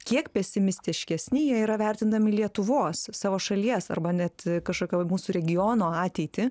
kiek pesimistiškesni jie yra vertindami lietuvos savo šalies arba net kažkokio mūsų regiono ateitį